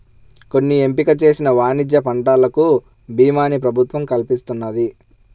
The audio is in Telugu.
కొన్ని ఎంపిక చేసిన వాణిజ్య పంటలకు భీమాని ప్రభుత్వం కల్పిస్తున్నది